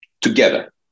together